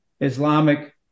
Islamic